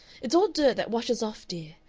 it's all dirt that washes off, dear,